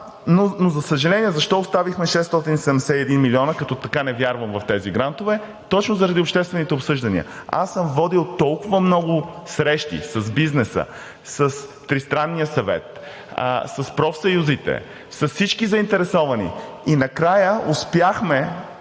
Но, за съжаление, защо оставихме 671 милиона, като така не вярвам в тези грантове, точно заради обществените обсъждания. Аз съм водил толкова много срещи – с бизнеса, с Тристранния съвет, с профсъюзите, с всички заинтересовани, и накрая успяхме